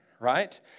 Right